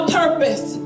purpose